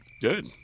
Good